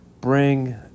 bring